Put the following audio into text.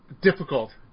difficult